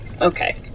okay